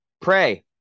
pray